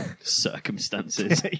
Circumstances